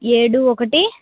ఏడు ఒకటి